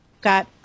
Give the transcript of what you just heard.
got